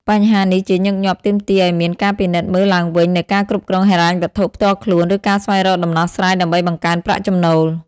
បញ្ហានេះជាញឹកញាប់ទាមទារឲ្យមានការពិនិត្យមើលឡើងវិញនូវការគ្រប់គ្រងហិរញ្ញវត្ថុផ្ទាល់ខ្លួន ឬការស្វែងរកដំណោះស្រាយដើម្បីបង្កើនប្រាក់ចំណូល។